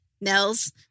Nels